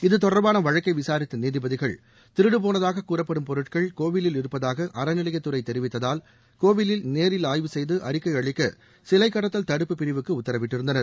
இதுதொடர்பான வழக்கை விசாரித்த நீதிபதிகள் திருடு போனதாக கூறப்படும் பொருட்கள் கோவிலில் இருப்பதாக அறநிலையத்துறை தெரிவித்ததால் கோவிலில் நேரில் ஆய்வு செய்து அறிக்கை அளிக்க சிலை கடத்தல் தடுப்புப் பிரிவுக்கு உத்தரவிட்டிருந்தனர்